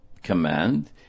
command